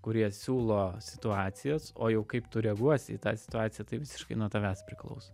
kurie siūlo situacijas o jau kaip tu reaguosi į tą situaciją tai visiškai nuo tavęs priklauso